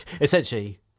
essentially